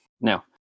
now